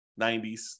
90s